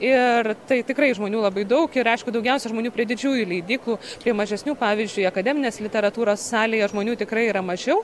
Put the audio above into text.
ir tai tikrai žmonių labai daug ir aišku daugiausiai žmonių prie didžiųjų leidyklų prie mažesnių pavyzdžiui akademinės literatūros salėje žmonių tikrai yra mažiau